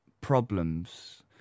problems